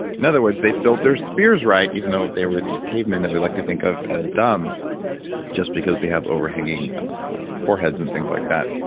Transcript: in other words, they built their spears right, even though they were these cavemen that we like to think of as dumb just because they have overhanging foreheads and things like that.